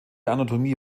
anatomie